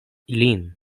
lin